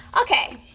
Okay